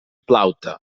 plaute